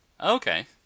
Okay